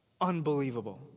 Unbelievable